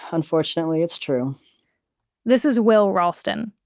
unfortunately it's true this is will ralston.